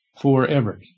forever